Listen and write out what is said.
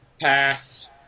Pass